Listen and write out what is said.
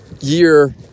year